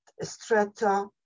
strata